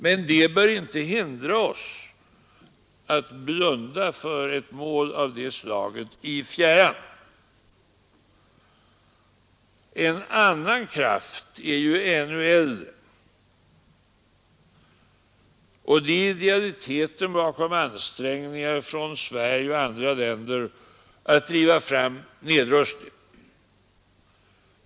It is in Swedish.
Men detta bör inte få oss att blunda för ett mål av det slaget i fjärran. En annan och ännu äldre kraft är idealiteten bakom ansträngningar från Sverige och andra länder att driva fram en nedrustning.